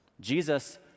Jesus